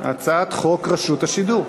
הצעת חוק רשות השידור.